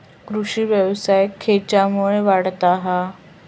कृषीव्यवसाय खेच्यामुळे वाढता हा?